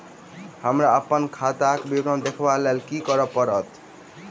हमरा अप्पन खाताक विवरण देखबा लेल की करऽ पड़त?